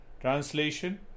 Translation